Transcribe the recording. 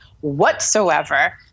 whatsoever